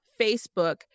Facebook